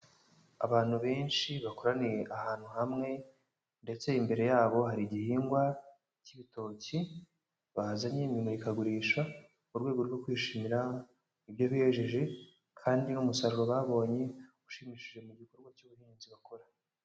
Abantu benshi bakoraniye ahantu hamwe, ndetse imbere yabo hari igihingwa cy'ibitoki, bahazanye mu imurikagurisha. Mu rwego rwo kwishimira ibyo bejeje, kandi n'umusaruro babonye ushimishije mu gikorwa cy'ubuhinzi bakora.